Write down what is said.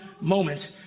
moment